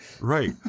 right